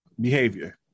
behavior